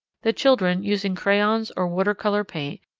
the children, using crayons or water-colour paint,